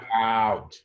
out